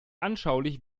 anschaulich